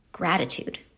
gratitude